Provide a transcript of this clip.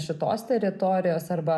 šitos teritorijos arba